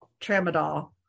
tramadol